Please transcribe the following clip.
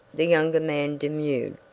the younger man demurred.